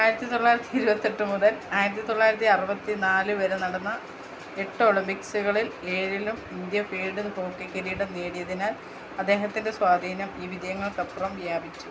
ആയിരത്തി തൊള്ളായിരത്തി ഇരുപത്തെട്ട് മുതൽ ആയിരത്തി തൊള്ളായിരത്തി അറുപത്തി നാലു വരെ നടന്ന എട്ട് ഒളിമ്പിക്സുകളിൽ ഏഴിലും ഇൻഡ്യ ഫീൽഡ് ഹോക്കി കിരീടം നേടിയതിനാൽ അദ്ദേഹത്തിൻ്റെ സ്വാധീനം ഈ വിജയങ്ങൾക്കപ്പുറം വ്യാപിച്ചു